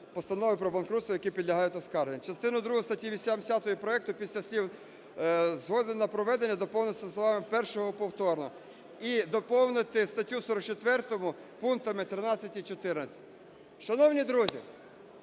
постанови про банкрутство, які підлягають оскарженню. Частину другу статті 80 проекту після слів "згоди на проведення" доповнити словами "першого повторно". І доповнити статтю 44 пунктами 13 і 14. Шановні друзі,